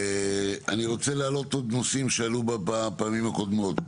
אני רוצה להעלות עוד נושאים שעלו בפעמים הקודמות,